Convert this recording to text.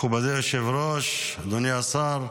מכובדי היושב-ראש, אדוני השר,